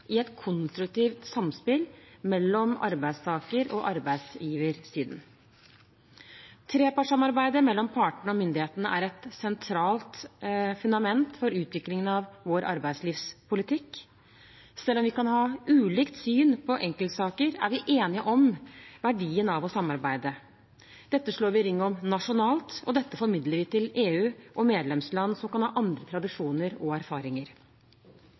i et konstruktivt samspill mellom arbeidstakersiden og arbeidsgiversiden. Trepartssamarbeidet mellom partene og myndighetene er et sentralt fundament for utviklingen av vår arbeidslivspolitikk. Selv om vi kan ha ulikt syn på enkeltsaker, er vi enige om verdien av å samarbeide. Dette slår vi ring om nasjonalt, og dette formidler vi til EU og medlemsland som kan ha andre tradisjoner og erfaringer.